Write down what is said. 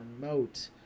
remote